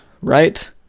Right